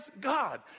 God